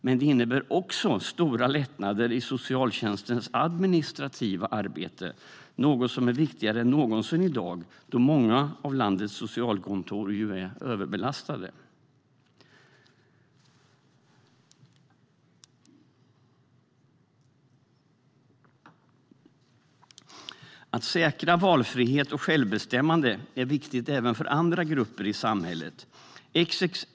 Men det innebär också stora lättnader i socialtjänstens administrativa arbete - något som är viktigare än någonsin i dag, då många av landets socialkontor ju är överbelastade. Att säkra valfrihet och självbestämmande är viktigt även för andra grupper i samhället.